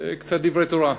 קצת דברי תורה.